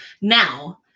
Now